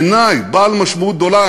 בעיני, בעל משמעות גדולה.